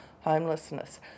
homelessness